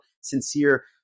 sincere